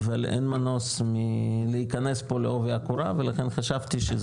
אבל אין מנוס מלהיכנס פה לעובי הקורה ולכן חשבתי שזה